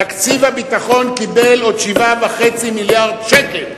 תקציב הביטחון קיבל עוד 7.5 מיליארד שקל.